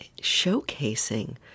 showcasing